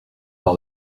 par